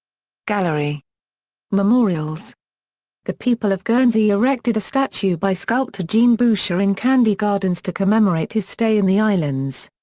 gallery memorials the people of guernsey erected a statue by sculptor jean boucher in candie gardens to commemorate his stay in the islands.